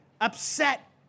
upset